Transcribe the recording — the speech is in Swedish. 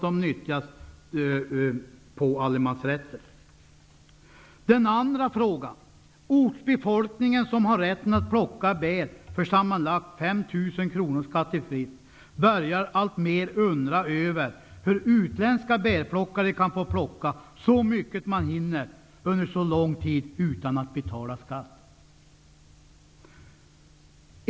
Ortsbefolkningen som har rätt att plocka bär för sammanlagt 5 000 kronor skattefritt börjar alltmer undra över hur utländska bärplockare kan få plocka så mycket de hinner under så lång tid utan att betala skatt.